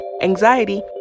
anxiety